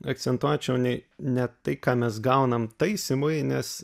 akcentuočiau ne ne tai ką mes gaunam taisymui nes